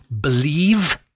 believe